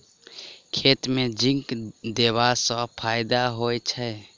खेत मे जिंक देबा सँ केँ फायदा होइ छैय?